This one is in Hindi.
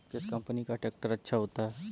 किस कंपनी का ट्रैक्टर अच्छा होता है?